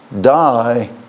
die